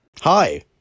hi